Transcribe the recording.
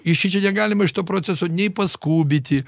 i šičia negalima šito proceso nei paskubiti